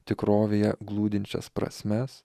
tikrovėje glūdinčias prasmes